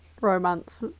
romance